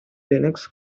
linux